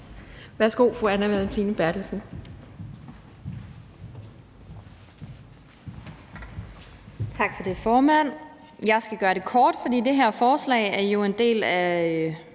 (Ordfører) Anne Valentina Berthelsen (SF): Tak for det, formand. Jeg skal gøre det kort, for det her forslag er jo en del af